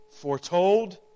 foretold